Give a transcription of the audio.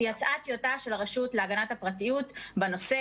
יצאה טיוטה של הרשות להגנת הפרטיות בנושא.